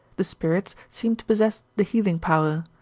the spirits seem to possess the healing power,